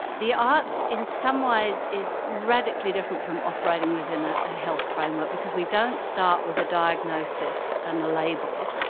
the arts in some ways is radically different from operating within ah a health framework because we don't start with a diagnosis and a label,